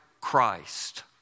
Christ